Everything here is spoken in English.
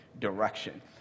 direction